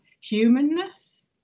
humanness